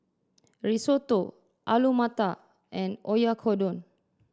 Risotto Alu Matar and Oyakodon